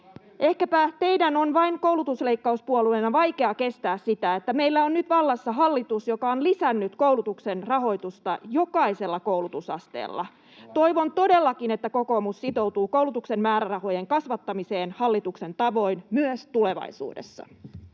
Ehkäpä teidän koulutusleikkauspuolueena on vain vaikea kestää sitä, että meillä on nyt vallassa hallitus, joka on lisännyt koulutuksen rahoitusta jokaisella koulutusasteella. Toivon todellakin, että kokoomus sitoutuu koulutuksen määrärahojen kasvattamiseen hallituksen tavoin myös tulevaisuudessa.